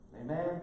Amen